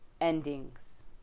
endings